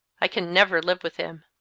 i can never live with him.